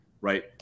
right